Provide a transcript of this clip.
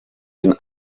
den